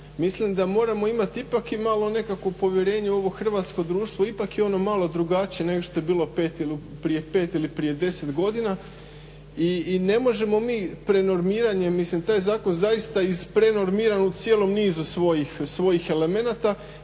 Mislim da moramo imati ipak malo povjerenje u ovo hrvatsko društvo, ipak je ono malo drugačije nego što je bilo prije 5 ili 10 godina. I ne možemo mi prenormiranjem, mislim taj je zakon zaista izprenormiran u cijelom nizu svojih elemenata,